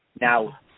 Now